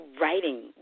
writing